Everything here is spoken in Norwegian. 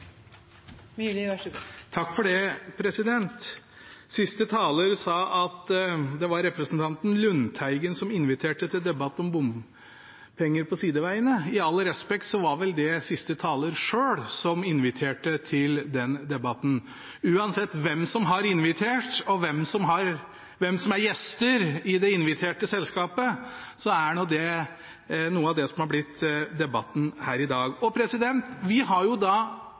Lundteigen som inviterte til debatt om bompenger på sidevegene. Med all respekt var det vel siste taler selv som inviterte til den debatten. Uansett hvem som har invitert, og hvem som er inviterte gjester i selskapet, er nå det noe av det som har blitt debatten her i dag. Vi har oppklart det som i Stortinget kalles «en åpenbar misforståelse». Vi har